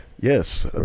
Yes